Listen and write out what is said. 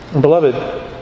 Beloved